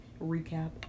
Recap